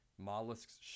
mollusks